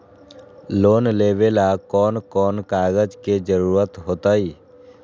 Loan लेवेला कौन कौन कागज के जरूरत होतई?